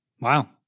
wow